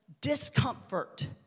Discomfort